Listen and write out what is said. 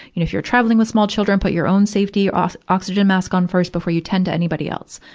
if you're traveling with small children, put your own safety ox, oxygen mask on first before you tend to anybody else.